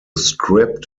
script